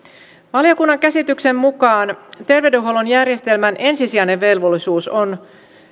valiokunnan käsityksen mukaan terveydenhuollon järjestelmän ensisijainen velvollisuus on